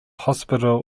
hospital